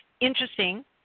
interesting